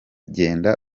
genda